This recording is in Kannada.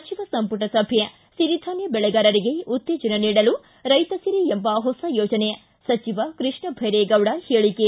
ಸಚಿವ ಸಂಪುಟ ಸಭೆ ಸಿರಿಧಾನ್ಯ ಬೆಳೆಗಾರರಿಗೆ ಉತ್ತೇಜನ ನೀಡಲು ರೈತಸಿರಿ ಎಂಬ ಹೊಸ ಯೋಜನೆ ಸಚಿವ ಕೃಷ್ಣಧೈರೇಗೌಡ ಹೇಳಿಕೆ